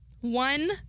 one